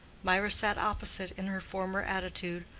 mirah sat opposite in her former attitude,